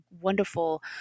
wonderful